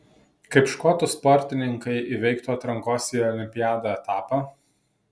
kaip škotų sportininkai įveiktų atrankos į olimpiadą etapą